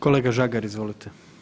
Kolega Žagar, izvolite.